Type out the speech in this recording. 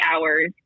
hours